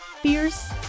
Fierce